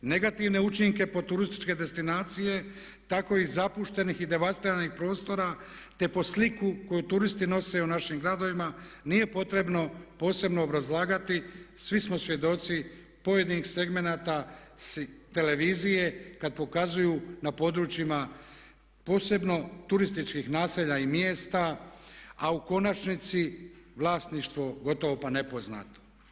Negativne učinke po turističke destinacije takvih zapuštenih i devastiranih prostora te po sliku koju turisti nose o našim gradovima nije potrebno posebno obrazlagati, svi smo svjedoci pojedinih segmenata s televizije kad pokazuju na područjima posebno turističkih naselja i mjesta a u konačnici vlasništvo gotovo pa nepoznato.